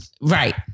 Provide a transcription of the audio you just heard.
Right